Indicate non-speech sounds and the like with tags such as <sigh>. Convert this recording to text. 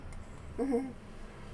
<laughs>